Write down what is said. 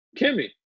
Kimmy